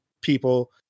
people